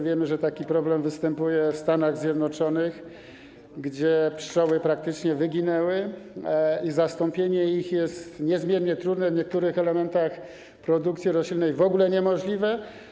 Wiemy, że taki problem występuje w Stanach Zjednoczonych, gdzie pszczoły praktycznie wyginęły i zastąpienie ich jest niezmiernie trudne, a w niektórych elementach produkcji roślinnej - w ogóle niemożliwe.